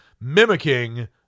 mimicking